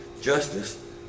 justice